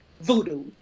voodoo